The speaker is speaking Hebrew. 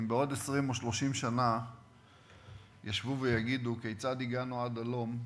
אם בעוד 20 או 30 שנה ישבו ויגידו כיצד הגענו עד הלום,